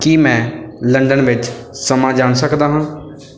ਕੀ ਮੈਂ ਲੰਡਨ ਵਿੱਚ ਸਮਾਂ ਜਾਣ ਸਕਦਾ ਹਾਂ